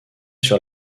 sur